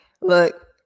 Look